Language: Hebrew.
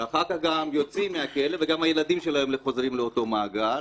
ואחר כך יוצאים מהכלא וגם הילדים שלהם חוזרים לאותו מעגל.